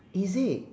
is it